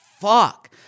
fuck